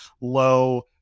low